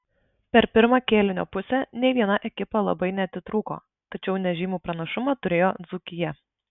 per pirmą kėlinio pusę nei viena ekipa labai neatitrūko tačiau nežymų pranašumą turėjo dzūkija